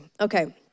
Okay